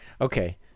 okay